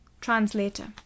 Translator